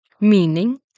Meaning